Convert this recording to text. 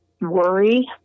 worry